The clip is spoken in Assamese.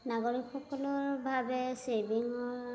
নাগৰিকসকলৰ বাবে ছেভিঙৰ